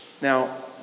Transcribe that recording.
Now